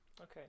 okay